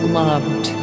loved